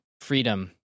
freedom